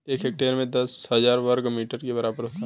एक हेक्टेयर दस हजार वर्ग मीटर के बराबर होता है